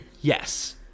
Yes